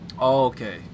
Okay